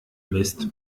mist